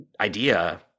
idea